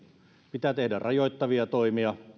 pitää tehdä rajoittavia toimia